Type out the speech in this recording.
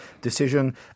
decision